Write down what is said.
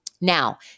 Now